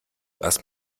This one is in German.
erst